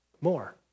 more